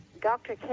Dr